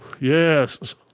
yes